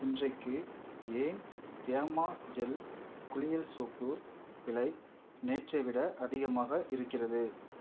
இன்றைக்கு ஏன் Fiama gel குளியல் சோப்பு விலை நேற்றை விட அதிகமாக இருக்கிறது